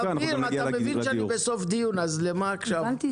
אני רוצה